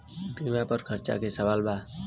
बीमा पर चर्चा के सवाल बा?